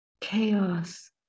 chaos